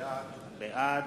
בעד